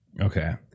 Okay